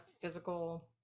physical